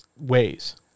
ways